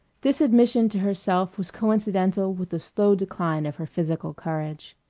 this admission to herself was coincidental with the slow decline of her physical courage.